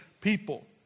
people